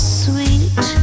sweet